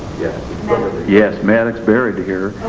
yeah but yes madoc's buried here,